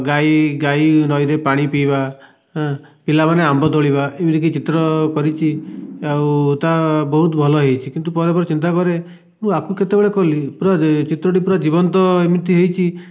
ଗାଈ ଗାଈ ନଈରେ ପାଣି ପିଇବା ପିଲାମାନେ ଆମ୍ବ ତୋଳିବା ଏମିତିକି ଚିତ୍ର କରିଛି ଆଉ ତା'ବହୁତ ଭଲ ହୋଇଛି କିନ୍ତୁ ପରେ ପରେ ଚିନ୍ତା କରେ ମୁଁ ୟାକୁ କେତେବେଳେ କଲି ପୁରା ଚିତ୍ରଟି ପୁରା ଜୀବନ୍ତ ଏମିତି ହୋଇଛି